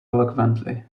eloquently